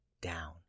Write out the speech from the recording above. down